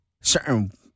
certain